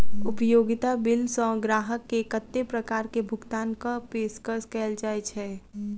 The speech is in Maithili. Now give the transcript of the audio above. उपयोगिता बिल सऽ ग्राहक केँ कत्ते प्रकार केँ भुगतान कऽ पेशकश कैल जाय छै?